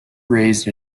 raised